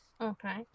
Okay